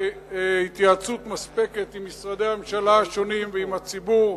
בהתייעצות מספקת עם משרדי הממשלה השונים ועם הציבור.